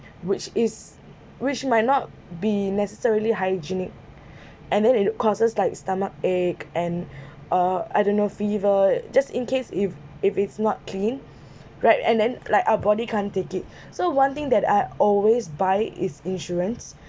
which is which might not be necessarily hygienic and then it causes like stomach ache and uh I don't know fever just in case if if it's not clean right and then like our body can't take it so one thing that I always buy is insurance